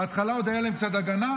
בהתחלה עוד הייתה להם קצת הגנה.